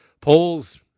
polls